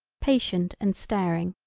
patient and staring,